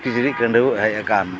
ᱠᱤᱪᱨᱤᱡ ᱠᱷᱟᱹᱰᱩᱭᱟᱹ ᱦᱮᱡ ᱟᱠᱟᱱ